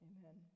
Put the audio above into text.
Amen